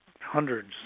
hundreds